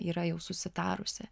yra jau susitarusi